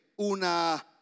una